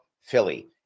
Philly